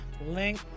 Link